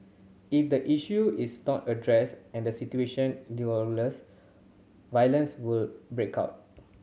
if the issue is not addressed and the situation violence will break out